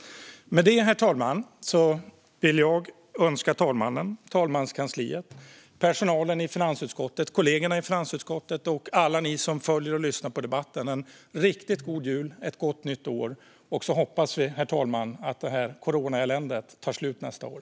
Herr talman! Jag vill önska talmannen, talmanskansliet, personalen i finansutskottet, kollegorna i finansutskottet och alla er som följer och lyssnar på debatten en riktigt god jul och gott nytt år. Vi hoppas, herr talman, att det här coronaeländet tar slut nästa år.